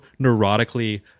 neurotically